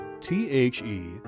T-H-E